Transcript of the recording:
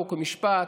חוק ומשפט,